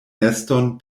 neston